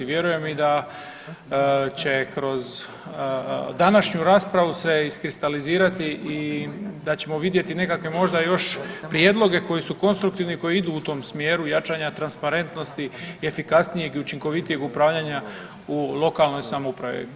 Vjerujem i da će kroz današnju raspravu se iskristalizirati i da ćemo vidjeti nekakve možda još prijedloge koji su konstruktivni i koji idu u tom smjeru jačanja transparentnosti i efikasnijeg i učinkovitijeg upravljanja u lokalnoj samoupravi.